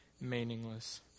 meaningless